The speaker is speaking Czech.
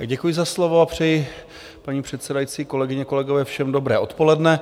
Děkuji za slovo a přeji, paní předsedající, kolegyně, kolegové, všem dobré odpoledne.